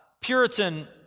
Puritan